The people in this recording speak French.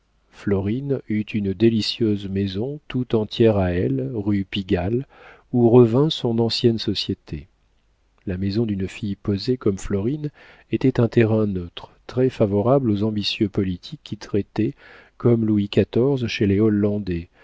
eut une délicieuse maison tout entière à elle rue pigale où revint son ancienne société la maison d'une fille posée comme florine était un terrain neutre très favorable aux ambitieux politiques qui traitaient comme louis xiv chez les